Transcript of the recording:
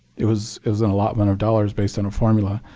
it was it was an allotment of dollars based on a formula.